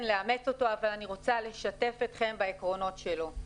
לאמץ אותו אבל אני רוצה לשתף אתכם בעקרונות שלו.